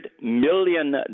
million